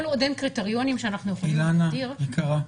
כל עוד אין קריטריונים שאנחנו יכולים להגדיר --- אילנה יקרה,